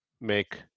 make